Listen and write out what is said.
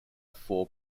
four